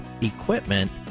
equipment